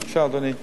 בבקשה, אדוני.